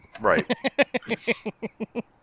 Right